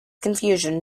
confusion